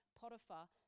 potiphar